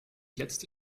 letzte